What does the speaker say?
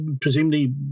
presumably